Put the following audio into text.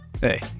Hey